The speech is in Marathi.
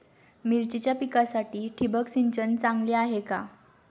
मिरचीच्या पिकासाठी ठिबक सिंचन चांगले आहे का?